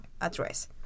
address